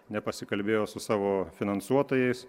nepasikalbėjo su savo finansuotojais